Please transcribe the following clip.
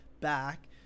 back